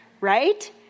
Right